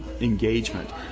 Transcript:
engagement